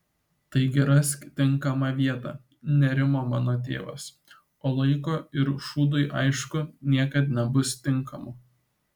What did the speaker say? taigi rask tinkamą vietą nerimo mano tėvas o laiko ir šūdui aišku niekad nebus tinkamo